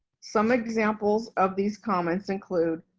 some examples of these comments include,